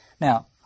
Now